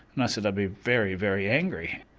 and i said i'd be very very angry.